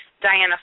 Diana